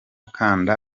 kanda